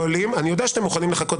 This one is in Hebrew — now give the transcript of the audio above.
אני יודע שאתם מוכנים לחכות.